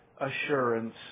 assurance